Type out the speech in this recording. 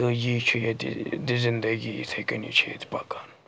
تہٕ یی چھُ ییٚتہِ زِندگی ییٚیہِ یِتھَے کٔنی چھِ ییٚتہِ پَکان